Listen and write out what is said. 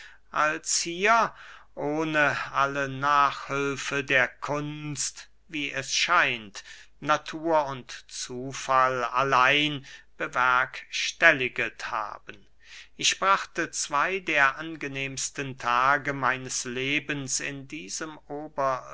als hier ohne alle nachhülfe der kunst wie es scheint natur und zufall allein bewerkstelligst haben ich brachte zwey der angenehmsten tage meines lebens in diesem